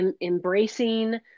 embracing